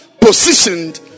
positioned